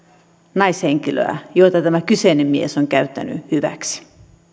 naishenkilöä joita tämä kyseinen mies on käyttänyt hyväksi